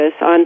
on